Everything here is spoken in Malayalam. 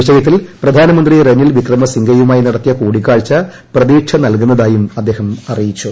വിഷയത്തിൽ പ്രധാനമന്ത്രി റനിൽ വിക്രമ സിംഗയുമായി നടത്തിയ കൂടിക്കാഴ്ച പ്രതീക്ഷ നൽകുന്നതായും അദ്ദേഹം അറിയിച്ചു